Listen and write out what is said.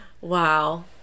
Wow